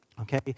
okay